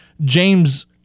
James